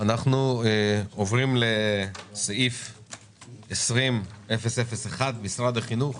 אנחנו עוברים לסעיף 20001, משרד החינוך.